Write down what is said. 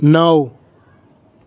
નવ